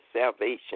salvation